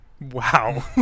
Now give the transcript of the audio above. Wow